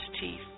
teeth